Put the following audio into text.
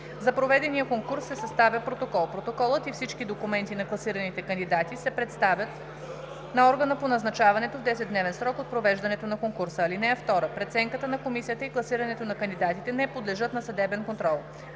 За проведения конкурс се съставя протокол. Протоколът и всички документи на класираните кандидати се представят на органа по назначаването в 10-дневен срок от провеждането на конкурса. (2) Преценката на комисията и класирането на кандидатите не подлежат на съдебен контрол.